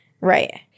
Right